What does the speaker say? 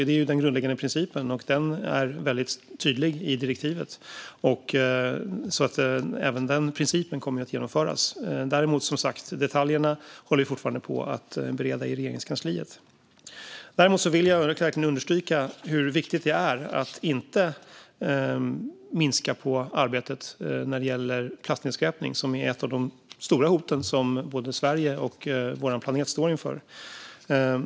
Det är den grundläggande principen, som är väldigt tydlig i direktivet, så även den principen kommer att genomföras. Däremot, som sagt, håller vi fortfarande på och bereder detaljerna i Regeringskansliet. Jag vill verkligen understryka hur viktigt det är att inte minska på arbetet när det gäller plastnedskräpning, som ju är ett av de stora hot som Sverige och vår planet står inför.